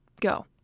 go